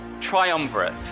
triumvirate